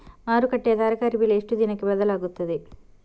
ಮಾರುಕಟ್ಟೆಯ ತರಕಾರಿ ಬೆಲೆ ಎಷ್ಟು ದಿನಕ್ಕೆ ಬದಲಾಗುತ್ತದೆ?